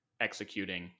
executing